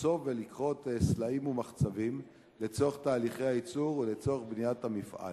לחצוב ולכרות סלעים ומחצבים לצורך תהליכי הייצור ולצורך בניית המפעל.